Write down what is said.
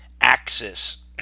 axis